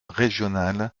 régionales